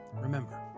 Remember